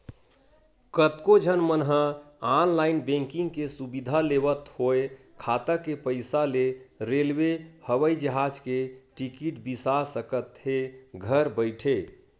कतको झन मन ह ऑनलाईन बैंकिंग के सुबिधा लेवत होय खाता के पइसा ले रेलवे, हवई जहाज के टिकट बिसा सकत हे घर बइठे